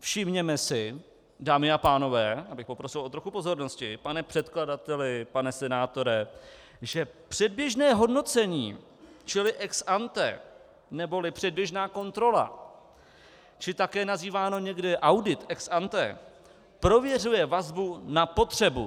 Všimněme si, dámy a pánové já bych poprosil o trochu pozornosti, pane předkladateli, pane senátore , že předběžné hodnocení, čili ex ante neboli předběžná kontrola, či také nazýváno někdy audit ex ante, prověřuje vazbu na potřebu.